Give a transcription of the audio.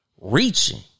reaching